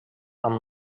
amb